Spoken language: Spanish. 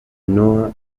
noah